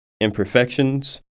imperfections